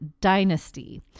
Dynasty